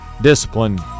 discipline